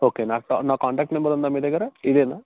okay నా నా contact number ఉందా మీ దగ్గర ఇదేనా